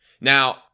Now